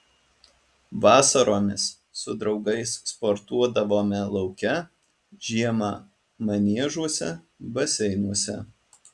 vasaromis su draugais sportuodavome lauke žiemą maniežuose baseinuose